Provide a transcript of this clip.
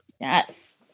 Yes